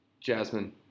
Jasmine